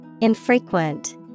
Infrequent